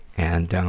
and, um,